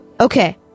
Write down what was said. okay